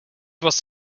was